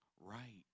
right